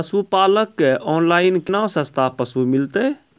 पशुपालक कऽ ऑनलाइन केना सस्ता पसु मिलतै?